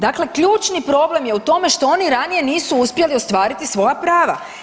Dakle, ključni problem je u tome što oni ranije nisu uspjeli ostvariti svoja prava.